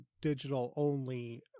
digital-only